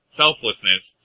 selflessness